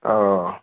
ओ